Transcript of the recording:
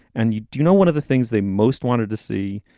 and you do you know, one of the things they most wanted to see,